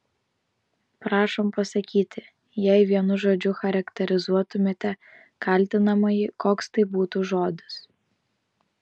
prašom pasakyti jei vienu žodžiu charakterizuotumėte kaltinamąjį koks tai būtų žodis